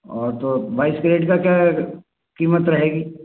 और तो बाईस कैरेट की क्या कीमत रहेगी